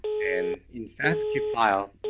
and in fastq yeah file,